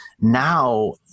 Now